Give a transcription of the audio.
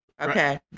Okay